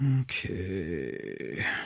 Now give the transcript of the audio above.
Okay